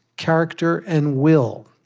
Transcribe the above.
character, and will.